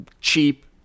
cheap